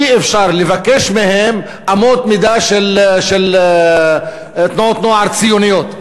אי-אפשר לבקש מהם אמות מידה של תנועות נוער ציוניות,